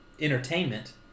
entertainment